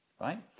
right